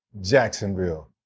Jacksonville